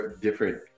different